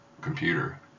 computer